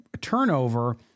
turnover